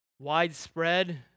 Widespread